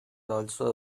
also